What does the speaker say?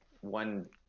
one